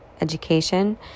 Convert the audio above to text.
education